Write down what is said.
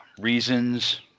reasons